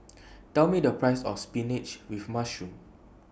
Tell Me The Price of Spinach with Mushroom